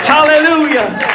Hallelujah